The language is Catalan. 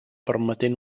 permetent